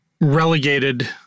relegated